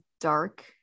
dark